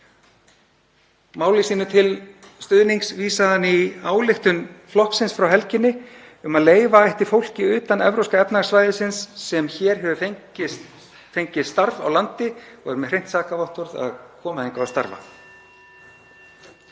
Máli sínu til stuðnings vísaði hann í ályktun flokksins frá helginni um að leyfa ætti fólki utan Evrópska efnahagssvæðisins, sem hér hefur fengið starf og er með hreint sakavottorð, að koma hingað og starfa.